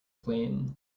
flame